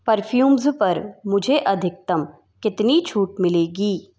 perfumes पर मुझे अधिकतम कितनी छूट मिलेगी